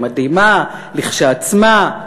המדהימה כשלעצמה,